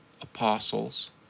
apostles